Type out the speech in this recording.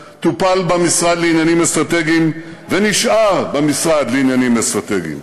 טופל במשרד לעניינים אסטרטגיים ונשאר במשרד לעניינים אסטרטגיים,